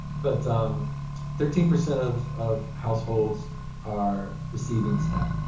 but thirteen percent of of households are receiving snap.